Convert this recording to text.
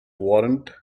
warrant